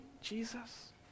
Jesus